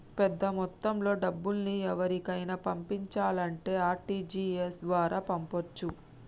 పెద్దమొత్తంలో డబ్బుల్ని ఎవరికైనా పంపించాలంటే ఆర్.టి.జి.ఎస్ ద్వారా పంపొచ్చు